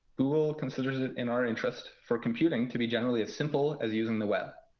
google considers it in our interest for computing to be generally as simple as using the web.